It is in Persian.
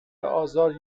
آزار